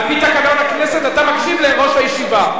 על-פי תקנון הכנסת, אתה מקשיב לראש הישיבה.